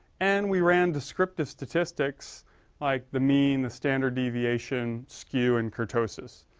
and we ran descriptive statistics like the mean, the standard deviation, skew and kurtosis.